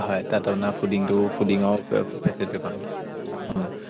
হয় তাত আপোনাৰ ফুডিংটো ফুডিঙৰ ফেচিলিটি পাম ন অঁ